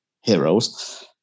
heroes